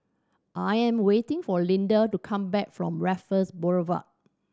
I am waiting for Linda to come back from Raffles Boulevard